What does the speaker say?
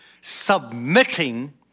submitting